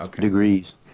degrees